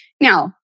Now